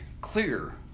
clear